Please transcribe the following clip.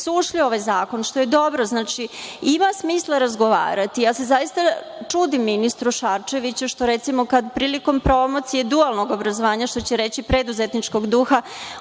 su ušli u ovaj zakon, što je dobro. Znači, ima smisla razgovarati. Zaista se čudim ministru Šarčeviću što prilikom promocije dualnog obrazovanja, što će reći preduzetničkog duha,